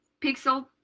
pixel